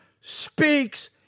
speaks